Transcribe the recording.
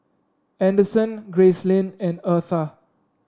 Anderson Gracelyn and Eartha